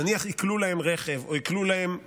נניח עיקלו להם רכב או עיקלו להם,